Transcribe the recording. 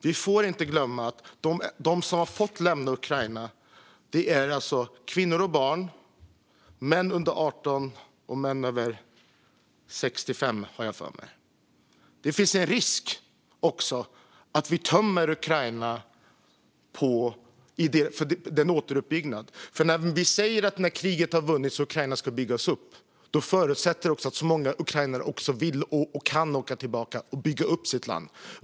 Vi får inte glömma att de som har fått lämna Ukraina är kvinnor och barn samt - har jag för mig - män under 18 och över 65. Det finns en risk att vi tömmer Ukraina inför återuppbyggnaden. När kriget har vunnits ska Ukraina byggas upp, säger vi. Då förutsätter vi också att många ukrainare vill och kan åka tillbaka och bygga upp sitt land.